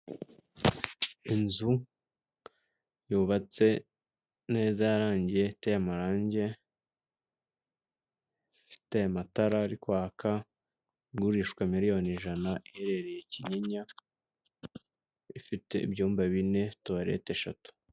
Inzu yubatse neza yarangiye iteye amarange, ifite amatara ari kwaka, igurishwa miliyoni ijana. Iherereye Kinyinya ifite ibyumba bine tuwarete eshatu.